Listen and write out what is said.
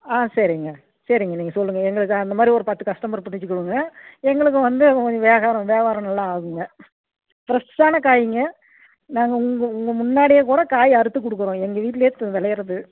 ஆ சரிங்க சரிங்க நீங்கள் சொல்லுங்கள் எங்களுக்கு அந்த மாதிரி ஒரு பத்து கஸ்டமர் பிடிச்சி கொடுங்க எங்களுக்கு வந்து வியாகாரம் வியாபாரம் நல்லா ஆகுங்க ஃப்ரெஷ்ஷான காய்ங்க நாங்கள் உங்கள் உங்கள் முன்னாடியே கூட காய் அறுத்து கொடுக்குறோம் எங்கள் வீட்ல விளையிறது